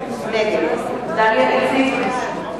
נגד דליה איציק,